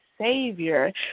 Savior